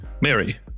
Mary